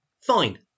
Fine